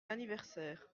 anniversaire